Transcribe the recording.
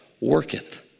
worketh